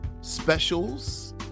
specials